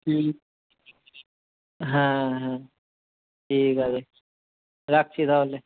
হ্যাঁ হ্যাঁ ঠিক আছে রাখছি তাহলে